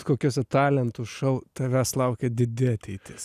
kokiuose talentų šou tavęs laukia didi ateitis